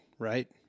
Right